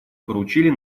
поручили